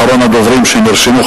אחרון הדוברים שנרשמו,